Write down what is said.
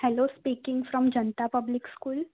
hello speaking from Janata public school